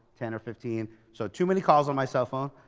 ten or fifteen. so too many calls on my cell phone,